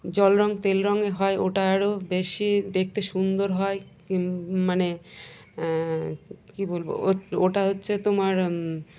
জল রঙ তেল রঙে হয় ওটা আরও বেশি দেখতে সুন্দর হয় মানে কী বলবো ও ওটা হচ্ছে তোমার